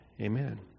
Amen